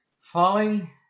Falling